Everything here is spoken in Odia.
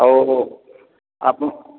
ଆଉ ଆପଣ୍